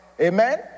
Amen